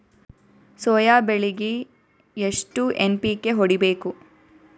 Soya ಬೆಳಿಗಿ ಎಷ್ಟು NPK ಹೊಡಿಬೇಕು?